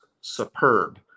superb